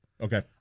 Okay